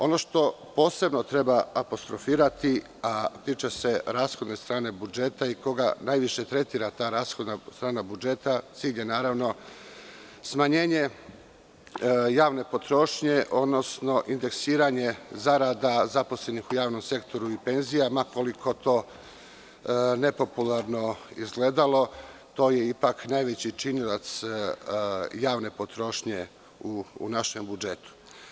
Ono što posebno treba apostrofirati, a tiče se rashodne strane budžeta i koga najviše tretira ta rashodna strana budžeta, cilj je smanjenje javne potrošnje, odnosno indeksiranje zarada zaposlenih u javnom sektoru i penzija, ma koliko to nepopularno izgledalo, to je ipak najveći činilac javne potrošnje u našem budžetu.